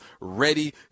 ready